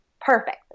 perfect